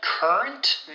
Current